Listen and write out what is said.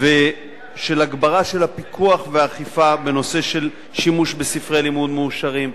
ושל הגברת הפיקוח והאכיפה בנושא של שימוש בספרי לימוד מאושרים.